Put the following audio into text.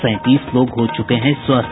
सैंतीस लोग हो चुके हैं स्वस्थ